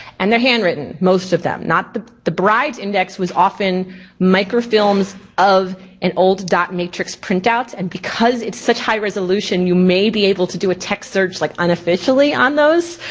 and they're handwritten, most of them. the the brides index was often microfilms of an old dot matrix print out. and because it's such high resolution, you may be able to do a text search, like unofficially on those.